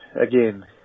again